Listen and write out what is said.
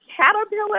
caterpillar